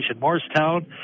Morristown